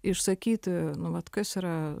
išsakyti nu vat kas yra